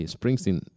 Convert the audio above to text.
Springsteen